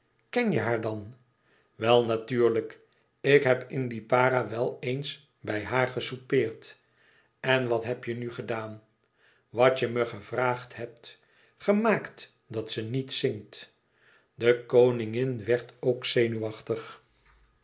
ken je haar dan wel natuurlijk ik heb in lipara wel eens bij haar gesoupeerd en wat heb je nu gedaan wat je me gevraagd hebt gemaakt dat ze niet zingt de koningin werd ook zenuwachtig